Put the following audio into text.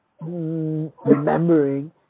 Remembering